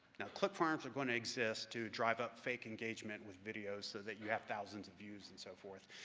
now click farms are going to exist to drive up fake engagement with videos so that you have thousands of views and so forth.